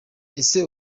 ese